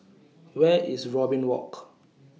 Where IS Robin Walk